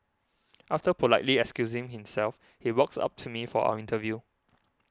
after politely excusing himself he walks up to me for our interview